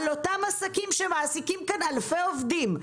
על אותם עסקים שמעסיקים כאן אלפי עובדים,